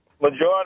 Majority